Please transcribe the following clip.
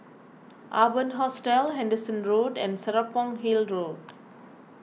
Urban Hostel Henderson Road and Serapong Hill Road